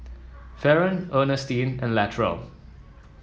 Faron Earnestine and Latrell